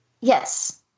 Yes